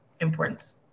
importance